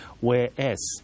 whereas